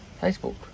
Facebook